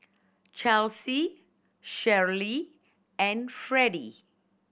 Chelsie Sherryl and Fredie